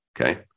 Okay